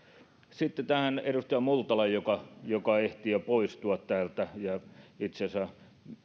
sitten edustaja multalalle joka ehti jo poistua täältä itse asiassa